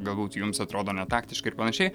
galbūt jums atrodo netaktiškai ir panašiai